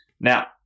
Now